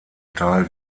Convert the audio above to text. teil